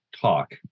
talk